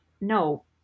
no